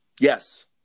Yes